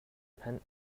hmanh